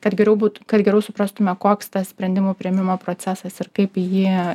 kad geriau būt kad geriau suprastume koks tas sprendimų priėmimo procesas ir kaip jį